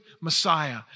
Messiah